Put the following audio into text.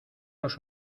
los